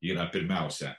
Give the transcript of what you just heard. yra pirmiausia